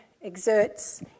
exerts